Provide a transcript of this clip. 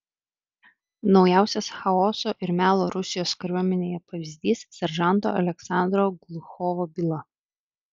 naujausias chaoso ir melo rusijos kariuomenėje pavyzdys seržanto aleksandro gluchovo byla